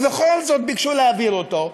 ובכל זאת ביקשו להעביר אותו,